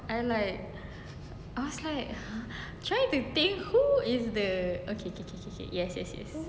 I like I was like trying to think who is the oh K K K yes yes yes